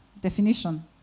Definition